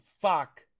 fuck